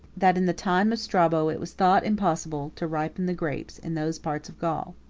that, in the time of strabo, it was thought impossible to ripen the grapes in those parts of gaul.